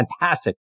Fantastic